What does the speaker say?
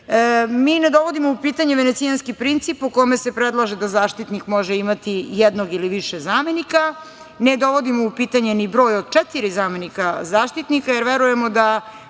ne dovodimo u pitanje venencijanski princip, po kome se predlaže da Zaštitnik može imati jednog ili više zamenika. Ne dovodimo u pitanje ni broj od četiri zamenika Zaštitnika, jer verujemo da